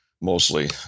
mostly